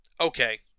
Okay